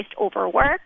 overwork